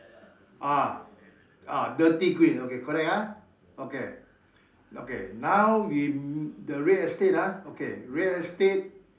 ah ah dirty green okay correct ah okay okay now we the real estate ah okay real estate